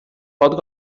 pot